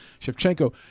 Shevchenko